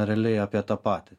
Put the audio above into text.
realiai apie tą patį